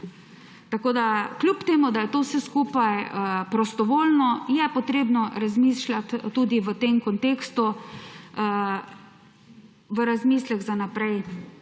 Tako kljub temu da je to vse skupaj prostovoljno, je potrebno razmišljati tudi v tem kontekstu, v razmislek za naprej.